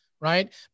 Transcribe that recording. right